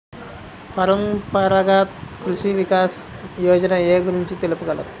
పరంపరాగత్ కృషి వికాస్ యోజన ఏ గురించి తెలుపగలరు?